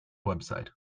website